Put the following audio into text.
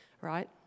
right